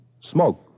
Smoke